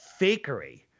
fakery